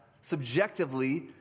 subjectively